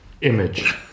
image